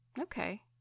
okay